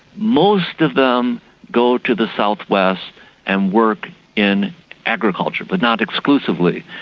most of them go to the south-west and work in agriculture, but not exclusively,